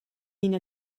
ina